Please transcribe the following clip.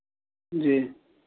जी